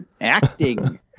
acting